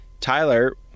Tyler